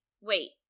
wait